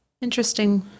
Interesting